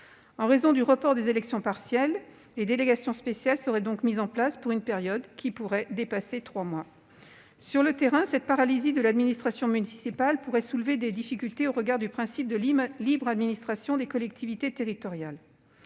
En raison du report des élections partielles, les délégations spéciales seraient donc mises en place pour une période qui pourrait dépasser trois mois. Sur le terrain, cette « paralysie » de l'administration municipale pourrait soulever des difficultés au regard du principe de libre administration des collectivités territoriales.